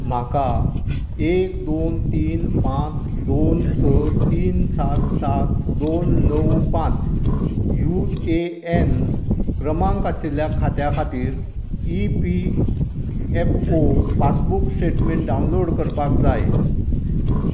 म्हाका एक दोन तीन पांच दोन स तीन सात सात दोन णव पांच यु ए एन क्रमांक आशिल्ल्या खात्या खातीर E P F O passbook statement download करपाक जाय